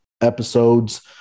episodes